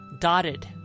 dotted